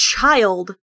child